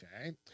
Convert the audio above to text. Okay